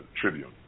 Tribune